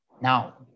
Now